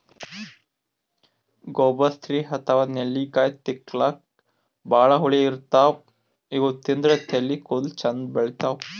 gooseberry ಅಥವಾ ನೆಲ್ಲಿಕಾಯಿ ತಿಲ್ಲಕ್ ಭಾಳ್ ಹುಳಿ ಇರ್ತವ್ ಇವ್ ತಿಂದ್ರ್ ತಲಿ ಕೂದಲ ಚಂದ್ ಬೆಳಿತಾವ್